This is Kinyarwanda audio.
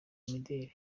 imideri